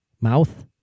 mouth